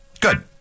Good